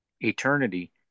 eternity